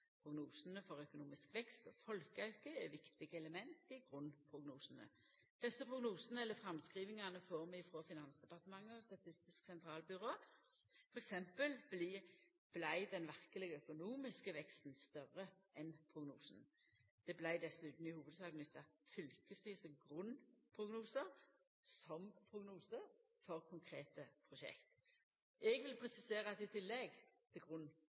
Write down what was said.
for økonomisk vekst og folkeauke er viktige element i grunnprognosane. Desse prognosane, eller framskrivingane, får vi frå Finansdepartementet og Statistisk sentralbyrå. Til dømes vart den verkelege økonomiske veksten større enn prognosen. Det vart dessutan i hovudsak nytta fylkesvise grunnprognosar som prognose for konkrete prosjekt. Eg vil presisera at i tillegg til